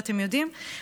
ואתם יודעים,